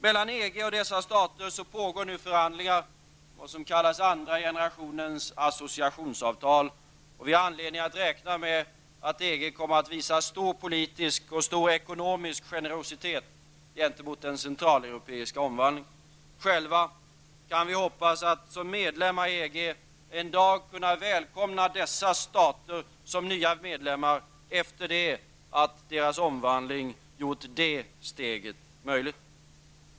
Mellan EG och dessa stater pågår nu förhandlingar om vad som kallas andra generationens associationsavtal, och vi har anledning att räkna med att EG kommer att visa stor politisk och ekonomisk generositet gentemot den centraleuropeiska omvandlingen. Själva kan vi hoppas att som medlemmar i EG en dag kunna välkomna dessa stater som nya medlemmar efter det att deras omvandling gjort det steget möjligt.